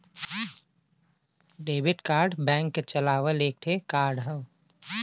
debit card bank क चलावल एक ठे कार्ड हौ